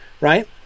right